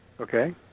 Okay